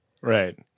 Right